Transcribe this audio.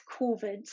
Covid